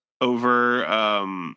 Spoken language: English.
over